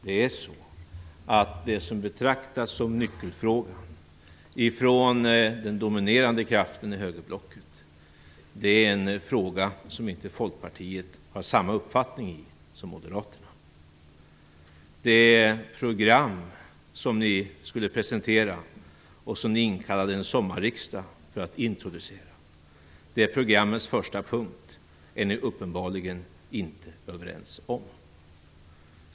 Det som betraktas som nyckelfrågan av den dominerande kraften i högerblocket är en fråga där Folkpartiet inte har samma uppfattning som Moderaterna. Det program som ni skulle presentera, och som ni inkallade en sommarriksdag för att introducera, det programmets första punkt är ni uppenbarligen inte överens om.